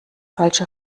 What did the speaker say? falsche